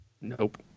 Nope